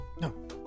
no